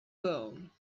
bone